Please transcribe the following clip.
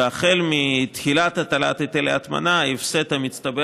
ומאז תחילת הטלת היטל ההטמנה ההפסד המצטבר